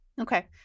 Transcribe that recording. Okay